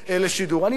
אני לא רוצה את זה.